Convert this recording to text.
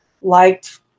liked